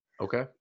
Okay